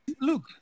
Look